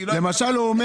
הוא אומר לך